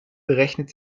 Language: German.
berechnet